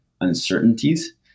uncertainties